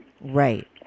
Right